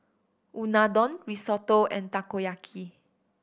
Unadon Risotto and Takoyaki